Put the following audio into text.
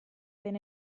den